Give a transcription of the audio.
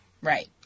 Right